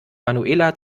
manuela